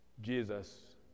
Jesus